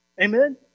Amen